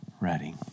ready